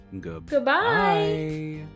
Goodbye